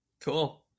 cool